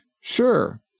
Sure